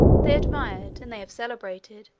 they admired, and they have celebrated,